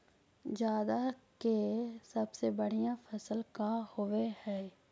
जादा के सबसे बढ़िया फसल का होवे हई?